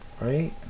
Right